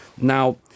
Now